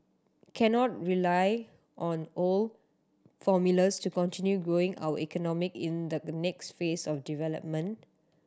cannot rely on old formulas to continue growing our economic in the next phase of development